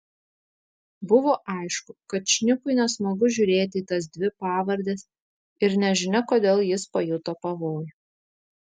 buvo aišku kad šnipui nesmagu žiūrėti į tas dvi pavardes ir nežinia kodėl jis pajuto pavojų